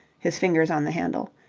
his fingers on the handle,